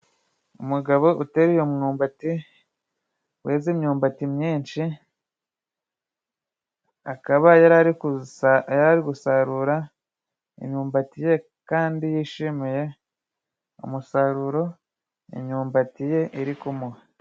Umugabo uteruye umyumbati weze imyumbati nyinshi, akaba yararigusarura imyumbati ye kandi yishimiye umusaruro imyumbati ye irikumuha.